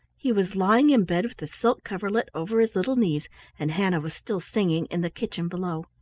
he was lying in bed with the silk coverlet over his little knees and hannah was still singing in the kitchen below.